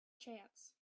chance